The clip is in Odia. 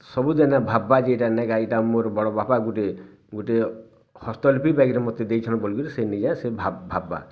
ସବୁଦିନେ ଭାବବାଯେ ଇଟା ନାଇଁଗା ଇଟା ମୋର୍ ବଡ଼ବାପା ଗୁଟେ ଗୁଟେ ହସ୍ତଲିପି ବାଗିର୍ ମୋତେ ଦେଇଛନ୍ ବୋଲିକରି ସେ ନିଜେ ସେ ଭାବବା